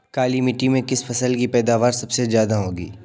काली मिट्टी में किस फसल की पैदावार सबसे ज्यादा होगी?